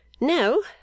No